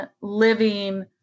living